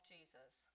Jesus